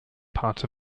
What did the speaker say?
part